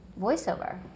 voiceover